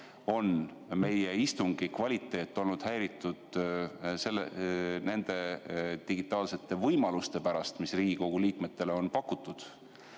on meie istungi kvaliteet olnud häiritud nende digitaalsete võimaluste pärast, mida Riigikogu liikmetele Riigikogu